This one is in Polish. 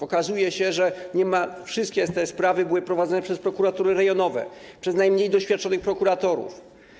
Okazuje się, że niemal wszystkie te sprawy były prowadzone przez prokuratury rejonowe, przez najmniej doświadczonych prokuratorów.